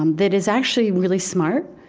um that is actually really smart,